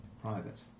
private